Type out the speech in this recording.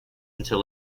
until